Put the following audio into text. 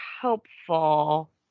helpful